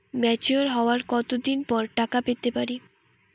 Mature হওয়ার কত দিন পর টাকা পেতে পারি?